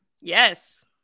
yes